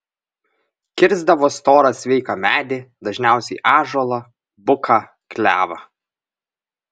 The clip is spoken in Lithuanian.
kirsdavo storą sveiką medį dažniausiai ąžuolą buką klevą